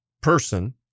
person